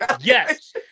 Yes